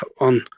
on